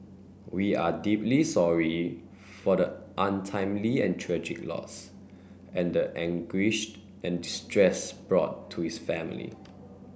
we are deeply sorry for the untimely and tragic loss and the anguish and distress brought to his family